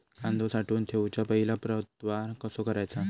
कांदो साठवून ठेवुच्या पहिला प्रतवार कसो करायचा?